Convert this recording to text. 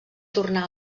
tornà